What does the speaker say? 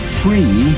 free